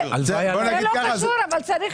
והובטח ואני מאוד מקווה שתעזור להקצות תקציב